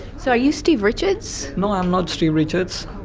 so are you steve richards? no, i'm not steve richards.